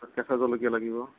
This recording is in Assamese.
কেঁচা জলকীয়া লাগিব